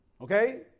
okay